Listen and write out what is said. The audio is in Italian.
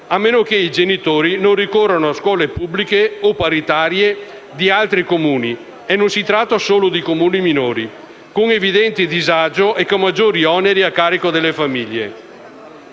a meno che i genitori non ricorrano a scuole pubbliche o paritarie di altri Comuni - non si tratta solo di Comuni minori - con evidente disagio e con maggiori oneri a carico delle famiglie.